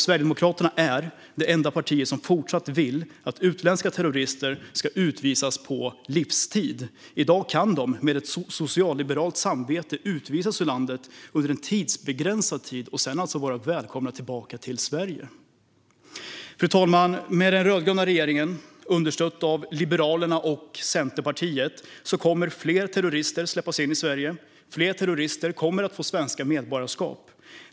Sverigedemokraterna är det enda parti som även i fortsättningen vill att utländska terrorister ska utvisas på livstid. I dag kan de med ett socialliberalt samvete utvisas ur landet under en begränsad tid och sedan vara välkomna tillbaka till Sverige. Fru talman! Med den rödgröna regeringen, understödd av Liberalerna och Centerpartiet, kommer fler terrorister att släppas in i Sverige och fler terrorister kommer att få svenskt medborgarskap.